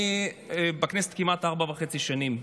אני בכנסת כמעט ארבע וחצי שנים.